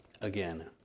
again